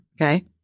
Okay